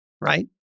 right